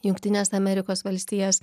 jungtines amerikos valstijas